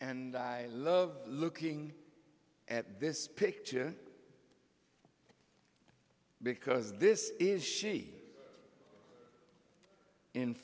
and i love looking at this picture because this is she